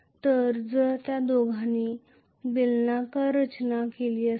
तर जर त्या दोघांची बेलनाकार रचना असेल